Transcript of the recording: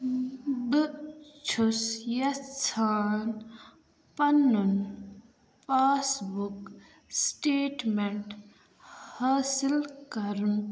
بہٕ چھُس یژھان پَنُن پاس بُک سِٹیٹمٮ۪نٛٹ حٲصِل کَرُن